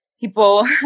people